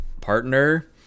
partner